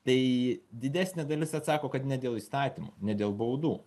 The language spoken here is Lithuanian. tai didesnė dalis atsako kad ne dėl įstatymų ne dėl baudų